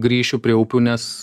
grįšiu prie upių nes